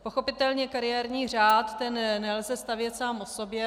Pochopitelně kariérní řád nelze stavět sám o sobě.